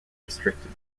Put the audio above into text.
restricted